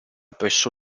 presso